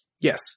Yes